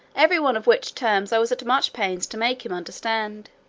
every one of which terms i was at much pains to make him understand.